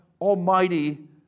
Almighty